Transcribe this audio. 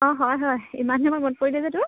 অঁ হয় হয় ইমান দিনৰ মূৰত মনত পৰিলে যে তোৰ